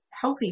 healthy